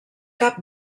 cap